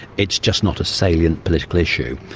it's just not a salient political issue.